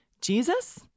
Jesus